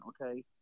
okay